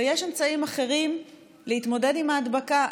ויש אמצעים אחרים להתמודד עם ההדבקה.